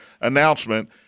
announcement